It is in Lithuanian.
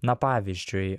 na pavyzdžiui